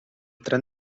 tren